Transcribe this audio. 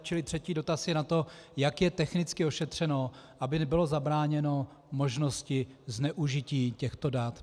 Čili třetí dotaz je na to, jak je technicky ošetřeno, aby bylo zabráněno možnosti zneužití těchto dat.